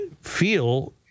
feel